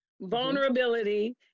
vulnerability